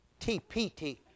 TPT